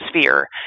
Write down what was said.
sphere